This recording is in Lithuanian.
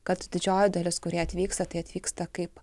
kad didžioji dalis kurie atvyksta tai atvyksta kaip